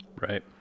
Right